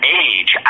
age